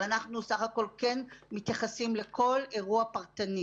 אבל אנחנו בסך הכול כן מתייחסים לכל אירוע פרטני